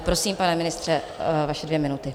Prosím, pane ministře, vaše dvě minuty.